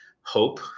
hope